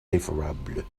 défavorable